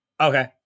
Okay